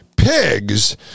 pigs